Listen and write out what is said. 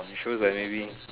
I'm sure that maybe